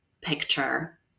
picture